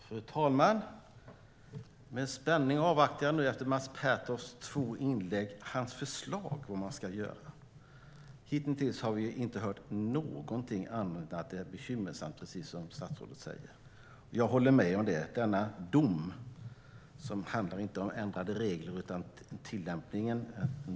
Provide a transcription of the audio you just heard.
Fru talman! Efter Mats Pertofts två inlägg avvaktar jag med spänning hans förslag på vad man ska göra. Hitintills har vi inte hört någonting annat än att det är bekymmersamt, precis som statsrådet säger. Jag håller med om det. Denna dom handlar inte om ändrade regler utan om tillämpningen.